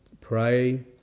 pray